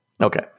Okay